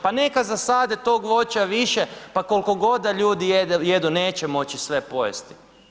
Pa neka zasade tog voća više, pa koliko god da ljudi jedu, neće moći sve pojesti.